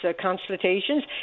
consultations